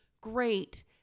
Great